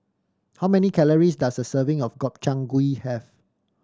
how many calories does a serving of Gobchang Gui have